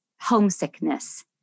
homesickness